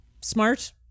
smart